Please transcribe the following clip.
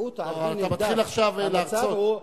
המיעוט הערבי, אתה מתחיל עכשיו להרצות.